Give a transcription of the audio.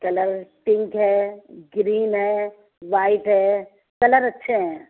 colour pink ہے green ہے white ہے کلر اچھے ہیں